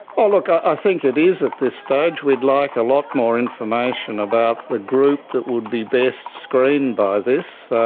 ah look, i think it is at this stage. we'd like a lot more information about the group that would be best screened by this.